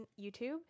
YouTube